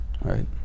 right